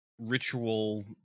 Ritual